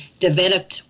developed